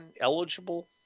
eligible